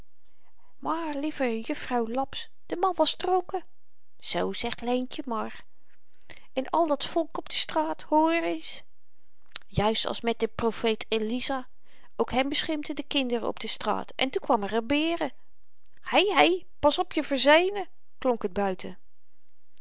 maar lieve juffrouw laps de man was dronken zoo zegt leentje maar en al dat volk op de straat hoor eens juist als met den profeet eliza ook hem beschimpten de kinderen op de straat en toen kwamen er beeren hei hei pas op je verzenen klonk het buiten